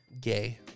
Gay